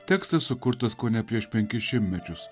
tekstas sukurtas kone prieš penkis šimtmečius